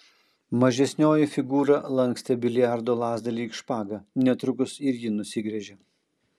mažesnioji figūra lankstė biliardo lazdą lyg špagą netrukus ir ji nusigręžė